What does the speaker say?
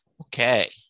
Okay